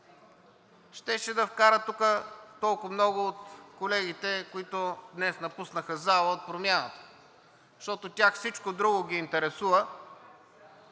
щеше да вкара тук толкова много от колегите, които днес напуснаха залата, от Промяната? Защото тях всичко друго ги интересува